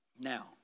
Now